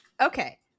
Okay